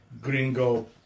Gringo